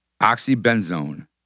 oxybenzone